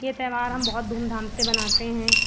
यह त्यौवहार हम बहुत धूमधाम से मनाते हैं